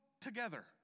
together